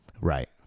Right